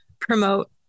promote